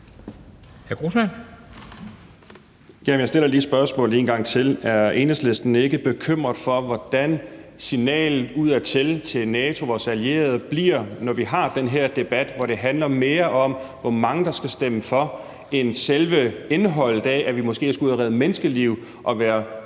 Jeg stiller lige spørgsmålet en gang til: Er Enhedslisten ikke bekymret for, hvordan signalet udadtil, til NATO, vores allierede, bliver, når vi har den her debat, hvor det handler mere om, hvor mange der skal stemme for, end selve indholdet i, at vi måske skal ud at redde menneskeliv og være fredsbevarende